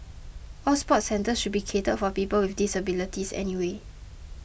all sports centres should be catered for people with disabilities anyway